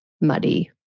muddy